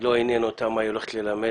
לא עניין אותה מה היא הולכת ללמד.